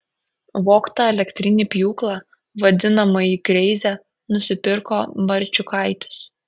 vogtą elektrinį pjūklą vadinamąjį kreizą nusipirko marčiukaitis